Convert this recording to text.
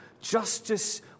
Justice